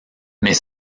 mais